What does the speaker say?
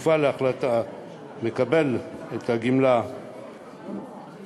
כפופה להחלטה לקבל את הגמלה בכסף